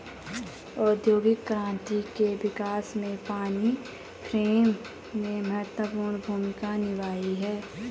औद्योगिक क्रांति के विकास में पानी फ्रेम ने महत्वपूर्ण भूमिका निभाई है